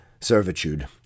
servitude